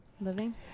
living